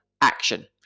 action